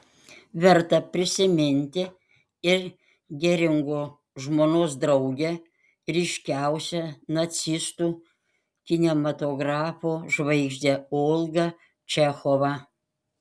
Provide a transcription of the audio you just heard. verta prisiminti ir geringo žmonos draugę ryškiausią nacistų kinematografo žvaigždę olgą čechovą